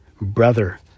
brother